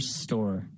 store